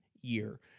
year